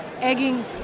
egging